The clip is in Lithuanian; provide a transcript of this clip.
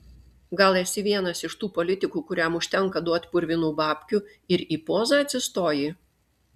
gal esi vienas iš tų politikų kuriam užtenka duot purvinų babkių ir į pozą atsistoji